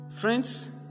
Friends